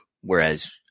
whereas